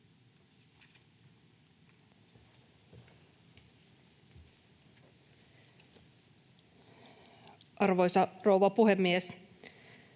Arvoisa herra puhemies!